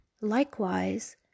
Likewise